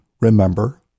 Remember